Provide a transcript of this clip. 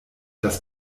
das